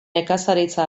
nekazaritza